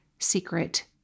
secret